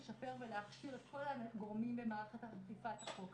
לשפר ולהכשיר את כל הגורמים במערכת אכיפת החוק.